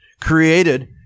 created